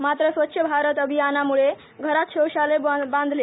मात्र स्वच्छ भारत अभियानामुळे घरात शौचालय बांधले